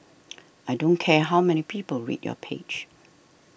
I don't care how many people read your page